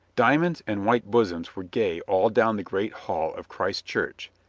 diamonds and white bosoms were gay all down the great hall of christ church,